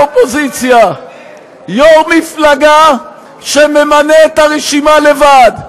יושבים פה בספסלי האופוזיציה יו"ר מפלגה שממנה את הרשימה לבד,